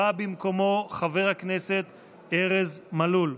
בא במקומו חבר הכנסת ארז מלול,